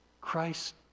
Christ